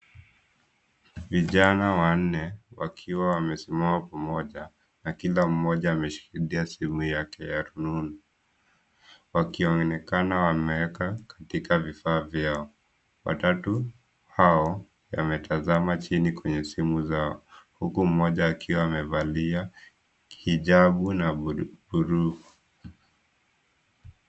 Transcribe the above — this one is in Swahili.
Vijana wanne, wakiwa wamesimama pamoja na kila mmoja ameshikilia simu yake ya rununu, wakionekana wameweka katika vifaa vyao. Watatu hao yametazama chini kwenye simu zao, huku mmoja akiwa amevalia kijivu na buluu.